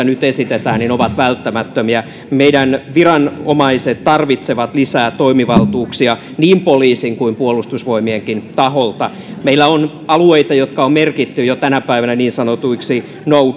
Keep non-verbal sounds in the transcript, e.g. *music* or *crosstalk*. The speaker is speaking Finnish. *unintelligible* nyt esitetään ovat välttämättömiä meidän viranomaiset tarvitsevat lisää toimivaltuuksia niin poliisin kuin puolustusvoimienkin taholta meillä on alueita jotka on merkitty jo tänä päivänä niin sanotuiksi no